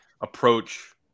approach